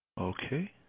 Okay